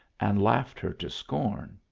and laughed her to scorn.